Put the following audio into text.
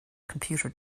computer